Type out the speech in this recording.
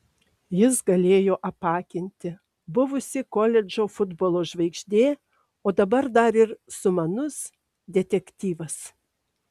jis galėjo apakinti buvusi koledžo futbolo žvaigždė o dabar dar ir sumanus detektyvas